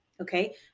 Okay